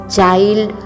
child